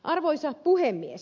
arvoisa puhemies